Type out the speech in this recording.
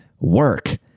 work